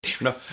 no